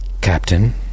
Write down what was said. Captain